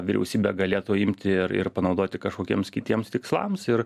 vyriausybė galėtų imti ir ir panaudoti kažkokiems kitiems tikslams ir